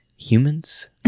Humans